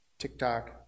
TikTok